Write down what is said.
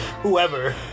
whoever